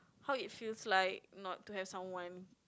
how it feels like not to have someone